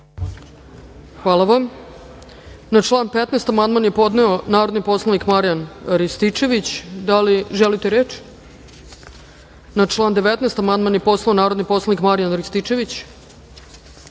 Hvala vam. Na član 15. amandman je podneo narodni poslanik Marijan Rističević. Da li želite reč? (Ne.)Na član 19. amandman je podneo narodni poslanik Marijan Rističević. Da